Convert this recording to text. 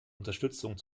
unterstützung